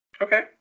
Okay